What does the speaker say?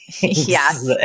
Yes